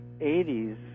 80s